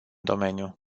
domeniu